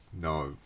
no